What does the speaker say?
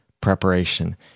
preparation